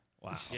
Wow